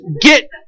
get